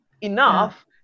enough